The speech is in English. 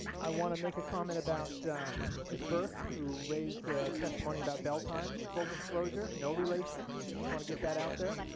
i want to make a comment about ms burke who raised testimony about bill times, full disclosure no relation. i just want to get that out there,